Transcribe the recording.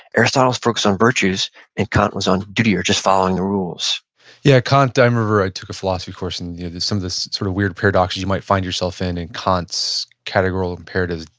aristotle was focused on virtues and kant was on duty or just following the rules yeah, kant, i remember, i took a philosophy course, and some of this sort of weird paradoxes you might find yourself in in kant's categorical imperatives,